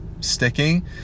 sticking